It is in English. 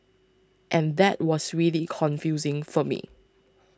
and that was really confusing for me